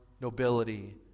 nobility